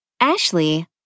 Ashley